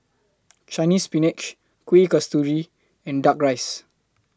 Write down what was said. Chinese Spinach Kuih Kasturi and Duck Rice